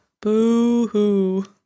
Boo-hoo